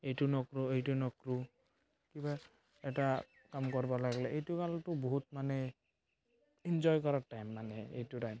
এইটো নকৰো এইটো নকৰো কিবা এটা কাম কৰিব লাগিলে এইটো কালটো বহুত কাল মানে এজনয় কৰাৰ টাইম মানে এইটো টাইম